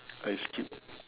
I skip